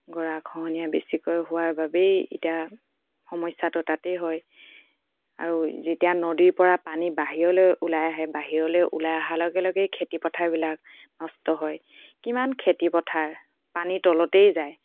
গৰাখহনীয়া বেছিকৈ হোৱাৰ বাবেই এতিয়া সমস্যাটো তাতেই হয় আৰু যেতিয়া নদীৰ পৰা পানী বাহিৰলৈ ওলাই আহে বাহিৰলৈ ওলাই অহাৰ লগে লগেই খেতিপথাৰবিলাক নষ্ট হয় কিমান খেতিপথাৰ পানীৰ তলতেই যায়